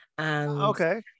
okay